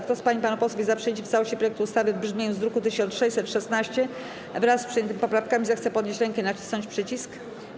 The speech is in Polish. Kto z pań i panów posłów jest za przyjęciem w całości projektu ustawy w brzmieniu z druku nr 1616 wraz z przyjętymi poprawkami, zechce podnieść rękę i nacisnąć przycisk.